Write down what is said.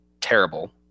terrible